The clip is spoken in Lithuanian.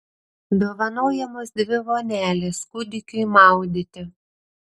dovanojamos dvi vonelės kūdikiui maudyti